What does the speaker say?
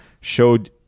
showed